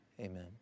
Amen